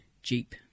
Jeep